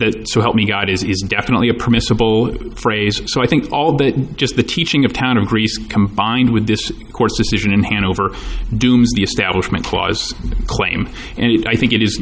that so help me god is definitely a permissible phrase so i think all but just the teaching of town of greece combined with this course decision in hanover dooms the establishment clause claim and i think it is